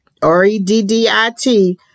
Reddit